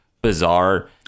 bizarre